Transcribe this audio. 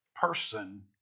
person